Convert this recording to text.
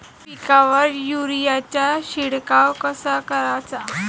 पिकावर युरीया चा शिडकाव कसा कराचा?